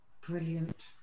Brilliant